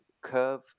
curve